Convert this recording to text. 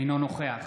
אינו נוכח